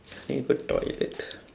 need go toilet